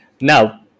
now